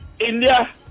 India